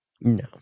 No